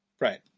Right